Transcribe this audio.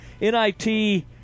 NIT